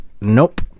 Nope